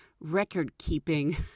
record-keeping